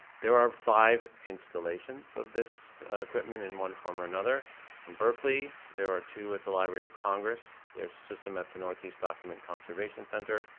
there are five installations of this equipment in one form or another in berkeley, there are two at the library of congress, there's a system at the northeast document conservation center,